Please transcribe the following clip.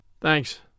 Thanks